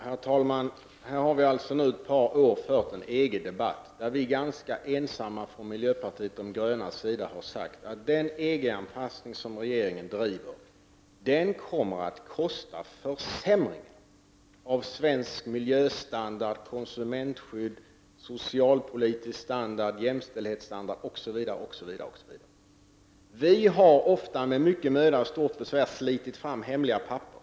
Herr talman! Under ett par års tid har det förts en EG-debatt, och vi i miljöpartiet de gröna har varit ganska ensamma om att säga att den EG-anpassning som regeringen driver kommer att kosta i form av försämringar av svensk miljöstandard, av konsumentskyddet, av den socialpolitiska standarden, av jämställdhetsstandarden osv. Vi har, ofta med mycken möda och stort besvär, slitit fram hemliga papper.